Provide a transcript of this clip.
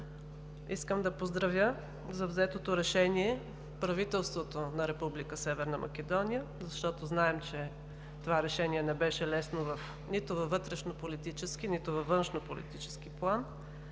Искам да поздравя за взетото решение правителството на Република Северна Македония, защото знаем, че това решение не беше лесно нито във вътрешнополитически, нито във външнополитически план.